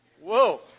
Whoa